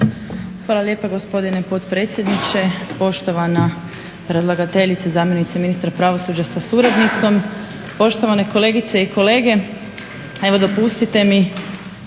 Hvala lijepo gospodine potpredsjedniče, poštovana predlagateljice zamjenice ministra pravosuđa sa suradnicom, poštovane kolegice i kolege. Evo dopustiti mi